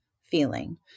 feeling